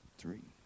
three